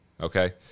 Okay